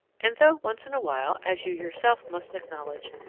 and though once in a while, as you yourself must acknowledge,